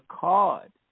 card